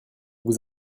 vous